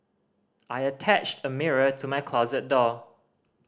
I attached a mirror to my closet door